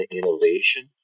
innovation